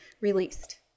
released